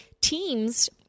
teams